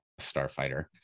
Starfighter